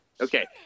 Okay